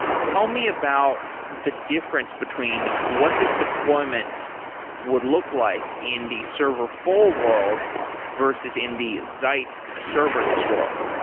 tell me about the difference between what this deployment would look like in the serverfull world versus in the zeit serverless world.